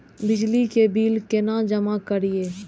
बिजली के बिल केना जमा करिए?